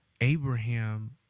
Abraham